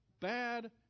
bad